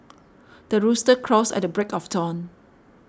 the rooster crows at the break of dawn